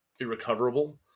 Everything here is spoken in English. irrecoverable